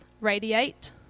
radiate